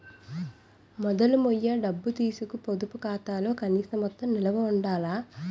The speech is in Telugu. మొదలు మొయ్య డబ్బులు తీసీకు పొదుపు ఖాతాలో కనీస మొత్తం నిలవ ఉండాల